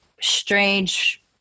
strange